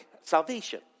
salvation